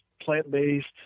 plant-based